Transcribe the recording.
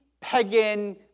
pagan